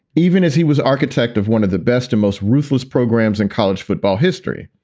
even as he was architect of one of the best and most ruthless programs in college football history.